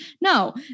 No